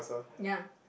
ya